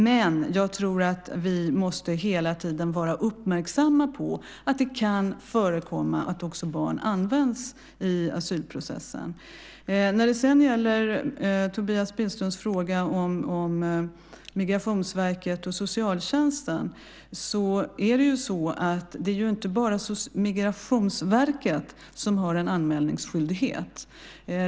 Men jag tror att vi hela tiden måste vara uppmärksamma på att det kan förekomma att barn används i asylprocessen. När det sedan gäller Tobias Billströms fråga om Migrationsverket och socialtjänsten, är det inte bara Migrationsverket som har en anmälningsskyldighet.